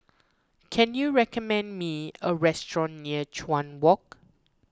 can you recommend me a restaurant near Chuan Walk